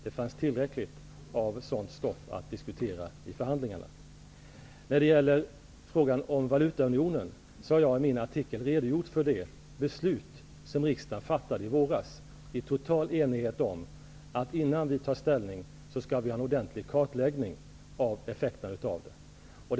Det fanns tillräckligt av sådant stoff att diskutera i förhandlingarna. I min artikel om valutaunionen har jag redogjort för de beslut som riksdagen fattade i våras, i total enighet om att vi innan vi tar ställning skall ha en ordentlig kartläggning av effekterna av den.